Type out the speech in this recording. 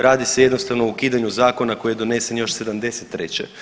Radi se jednostavno o ukidanju zakona koji je donesen još '73.